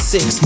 Six